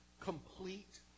complete